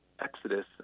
exodus